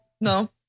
No